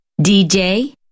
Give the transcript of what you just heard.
dj